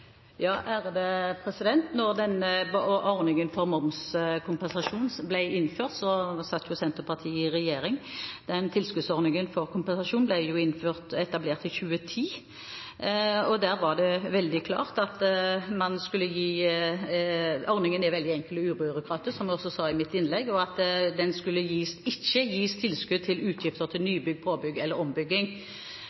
momskompensasjon ble innført, satt Senterpartiet i regjering. Tilskuddsordningen for kompensasjon ble etablert i 2010. Ordningen er veldig enkel og ubyråkratisk, som jeg også sa i mitt innlegg, og det skulle ikke gis tilskudd til utgifter til